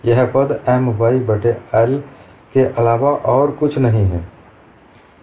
यह पद M y बट्टे I के अलावा और कुछ नहीं है